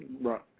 Right